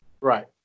Right